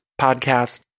podcast